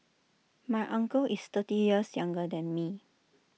my uncle is thirty years younger than me